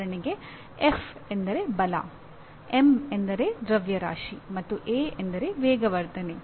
ಉದಾಹರಣೆಗೆ ಎಫ್ ಎಂದರೆ ವೇಗವರ್ಧನೆ